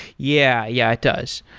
yeah. yeah, it does.